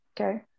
Okay